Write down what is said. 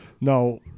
No